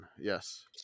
yes